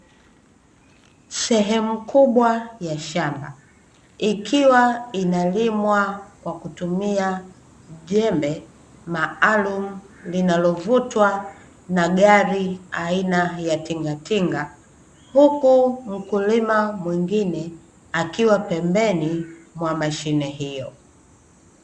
Sehemu kubwa ya shamba, ikiwa inalimwa kwa kutumia jembe maalumu linalovutwa na gari aina ya tingatinga, huku mkulima mwingine akiwa pembeni mwa mashine hiyo.